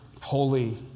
holy